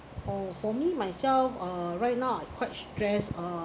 oh for me myself uh right now I quite stress uh